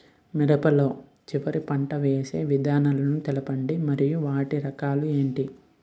మిరప లో చివర పంట వేసి విధానాలను తెలపండి మరియు వాటి రకాలు ఏంటి